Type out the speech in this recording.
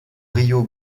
rio